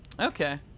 okay